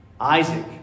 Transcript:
Isaac